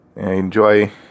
Enjoy